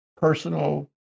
personal